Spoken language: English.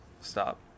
stop